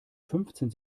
fünfzehn